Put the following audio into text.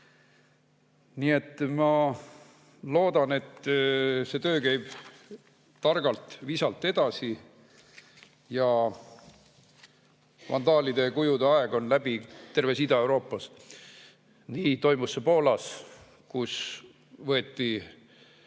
asjani. Ma loodan, et see töö käib targalt, visalt edasi ja vandaalide kujude aeg on läbi terves Ida-Euroopas. See on toimunud Poolas, kus on